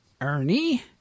Ernie